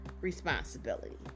responsibility